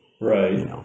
Right